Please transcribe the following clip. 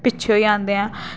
पिच्छै होई जंदे न